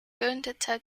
gründete